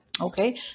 Okay